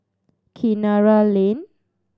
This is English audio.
Kinara Lane